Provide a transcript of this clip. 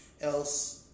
else